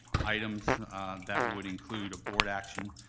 items that would include a board action,